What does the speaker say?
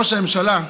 ראש הממשלה,